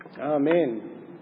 Amen